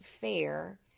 fair